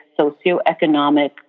socioeconomic